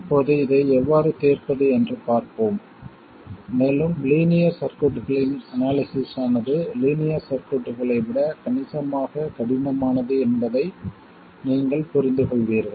இப்போது இதை எவ்வாறு தீர்ப்பது என்று பார்ப்போம் மேலும் லீனியர் சர்க்யூட்களின் அனாலிசிஸ் ஆனது லீனியர் சர்க்யூட்களை விட கணிசமாக கடினமானது என்பதை நீங்கள் புரிந்துகொள்வீர்கள்